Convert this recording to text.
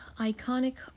iconic